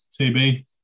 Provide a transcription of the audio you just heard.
TB